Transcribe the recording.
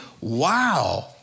Wow